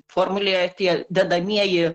formulėje tie dedamieji